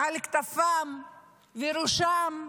על כתפיהם וראשם,